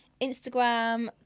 Instagram